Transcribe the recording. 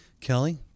Kelly